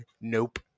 Nope